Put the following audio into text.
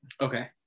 Okay